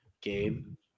game